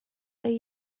their